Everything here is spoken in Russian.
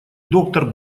доктор